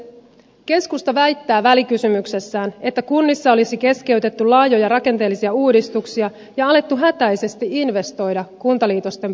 keskusta väittää välikysymyksessään että kunnissa olisi keskeytetty laajoja rakenteellisia uudistuksia ja alettu hätäisesti investoida kuntaliitosten pelossa